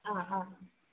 ആ ആ